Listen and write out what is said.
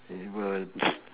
able